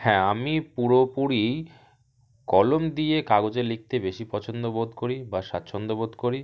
হ্যাঁ আমি পুরোপুরি কলম দিয়ে কাগজে লিখতে বেশি পছন্দ বোধ করি বা স্বাচ্ছন্দ্য বোধ করি